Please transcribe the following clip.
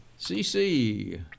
CC